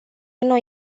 noi